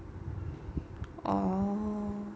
orh